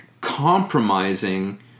compromising